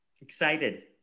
Excited